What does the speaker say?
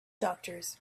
doctors